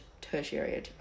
tertiary